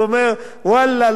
והוא אומר: ואללה,